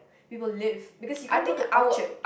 people live because you can't go to Orchard